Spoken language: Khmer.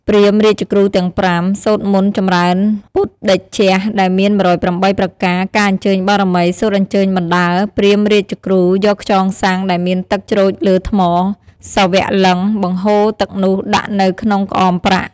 ព្រាហ្មណ៍រាជគ្រូទាំង៥ សូត្រមន្តចម្រើនឬទ្ធីតេជៈ ដែលមាន ១០៨ ប្រការ ការអញ្ជើញបារមី សូត្រអញ្ជើញបណ្ដើរ ព្រាហ្មណ៍រាជគ្រូយកខ្យងស័ង្កដែលមានទឹកច្រូចលើថ្ម សីវៈលិង្គ បង្ហូរទឹកនោះដាក់នៅក្នុងក្អមប្រាក់។